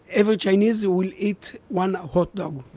every chinese will eat one hot dog.